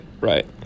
Right